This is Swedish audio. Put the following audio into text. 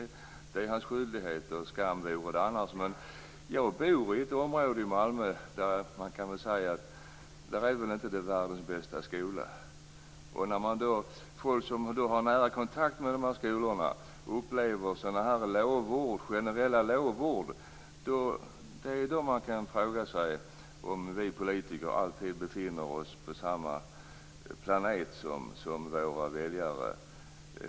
Det hans skyldighet. Skam vore det annars. Men jag bor i ett område i Malmö där man väl kan säga att vi inte har världens bästa skola. Det är när folk som har nära kontakt med de här skolorna upplever sådana här generella lovord som man ibland kan fråga sig om vi politiker alltid befinner oss på samma planet som våra väljare.